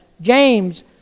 James